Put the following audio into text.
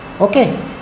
okay